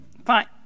Fine